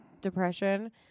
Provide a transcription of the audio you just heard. depression